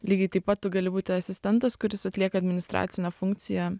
lygiai taip pat tu gali būti asistentas kuris atlieka administracinę funkciją